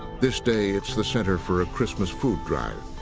this day, it's the center for a christmas food drive.